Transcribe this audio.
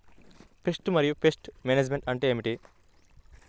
Pest మరియు pest management అంటే ఏమిటి?